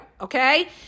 okay